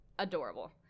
adorable